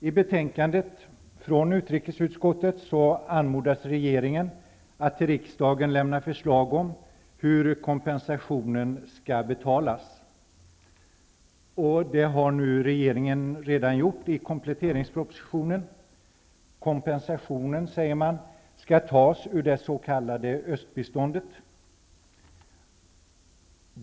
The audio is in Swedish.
I betänkandet från utrikesutskottet anmodas regeringen att till riksdagen lämna förslag om hur kompensationen skall betalas. Det har regeringen redan gjort i kompletteringspropositionen. Kompensationen skall tas ur det s.k. östbiståndet.